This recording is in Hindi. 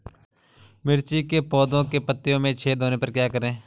मिर्ची के पौधों के पत्तियों में छेद होने पर क्या करें?